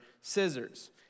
scissors